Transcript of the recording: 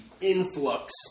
influx